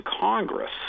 Congress